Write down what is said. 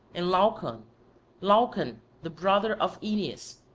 and laocoon laocoon the brother of oeneus,